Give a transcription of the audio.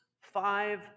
five